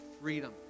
freedom